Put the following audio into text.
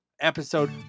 episode